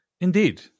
indeed